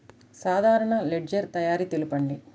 సాధారణ లెడ్జెర్ తయారి తెలుపండి?